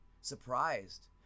surprised